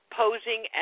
posing